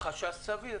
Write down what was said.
החשש סביר.